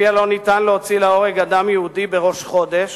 שלפיה לא ניתן להוציא להורג אדם יהודי בראש חודש,